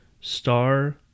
star